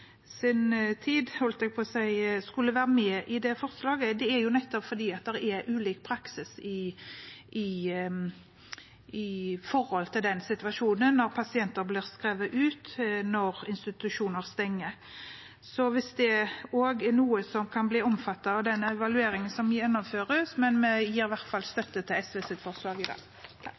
sin tid skulle være med i det forslaget, er at det er ulik praksis i situasjoner når pasienter blir skrevet ut når institusjoner stenger – så hvis det også er noe som kan bli omfattet av den evalueringen som gjennomføres. Vi gir i hvert fall støtte til SVs forslag i dag.